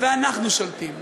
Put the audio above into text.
ואנחנו שולטים,